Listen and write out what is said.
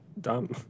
dumb